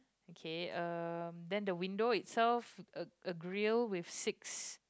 okay uh then the window itself a a grill with six